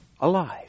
alive